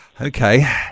Okay